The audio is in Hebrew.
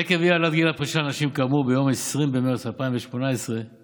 עקב אי-העלאת גיל הפרישה לנשים כאמור ביום 20 במרץ 2018 התקבל